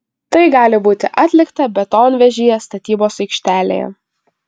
tai gali būti atlikta betonvežyje statybos aikštelėje